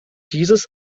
dieses